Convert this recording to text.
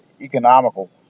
economical